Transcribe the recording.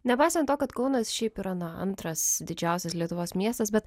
nepaisant to kad kaunas šiaip yra na antras didžiausias lietuvos miestas bet